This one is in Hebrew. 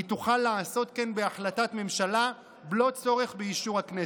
היא תוכל לעשות כן בהחלטת ממשלה בלא צורך באישור הכנסת.